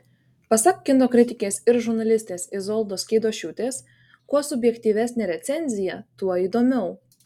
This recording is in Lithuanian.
pasak kino kritikės ir žurnalistės izoldos keidošiūtės kuo subjektyvesnė recenzija tuo įdomiau